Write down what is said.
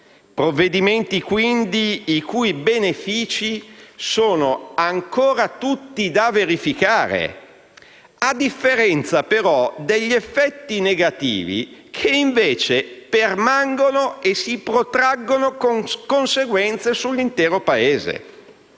provvedimenti, quindi, i cui benefici sono ancora tutti da verificare, a differenza, però, degli effetti negativi, che invece permangono e si protraggono con conseguenze sull'intero Paese.